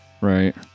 Right